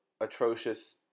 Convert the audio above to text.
atrocious